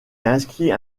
inscrit